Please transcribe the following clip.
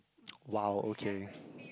!wow! okay